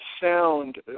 sound